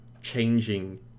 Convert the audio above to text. changing